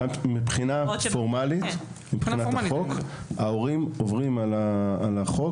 מבחינה פורמלית ההורים עוברים על החוק